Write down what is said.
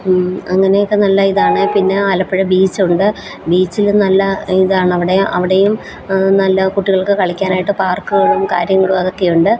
അങ്ങനെയൊക്കെ നല്ല ഇതാണ് പിന്നെ ആലപ്പുഴ ബീച്ചൊണ്ട് ബീച്ചിലും നല്ല ഇതാണ് അവിടെ അവിടെയും നല്ല കുട്ടികൾക്ക് കളിക്കാനായിട്ട് പാർക്ക്കളും കാര്യങ്ങളും അതൊക്കെ ഉണ്ട്